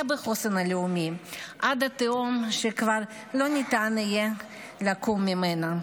בחוסן הלאומי עד תהום שכבר לא ניתן יהיה לקום ממנה.